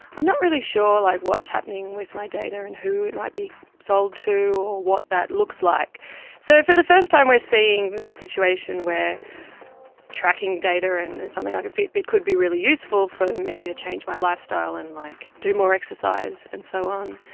i'm not really sure like what's happening with my data and who it might be sold to or what that looks like so for the first time we are seeing a situation where tracking data and and something like a fitbit could be really useful for me to change my lifestyle and like do more exercise and so on.